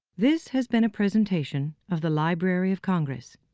this has been a presentation of the library of congress.